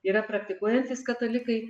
yra praktikuojantys katalikai